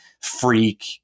freak